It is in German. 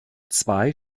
zwei